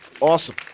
Awesome